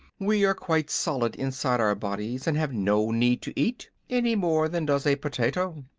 we are quite solid inside our bodies, and have no need to eat, any more than does a potato.